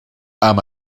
amb